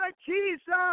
Jesus